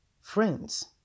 Friends